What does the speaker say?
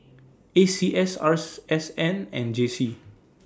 A C S Rs S N and J C